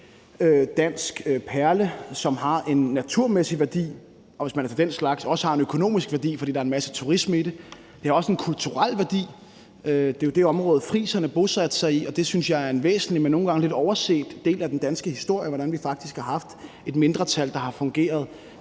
dansk perle, som har en naturmæssig værdi og, hvis man er til den slags, også har en økonomisk værdi, fordi der er en masse turisme i det. Det har også en kulturel værdi. Det er jo det område, friserne bosatte sig i, og det synes jeg er en væsentlig, men nogle gange lidt overset del af den danske historie, altså hvordan vi faktisk har haft et mindretal, der har fungeret